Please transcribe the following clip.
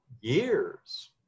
years